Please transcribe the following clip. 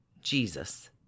jesus